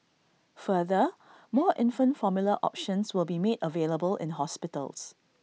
further more infant formula options will be made available in hospitals